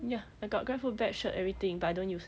ya I got grab food bag shirt everything but I don't use